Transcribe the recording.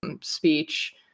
speech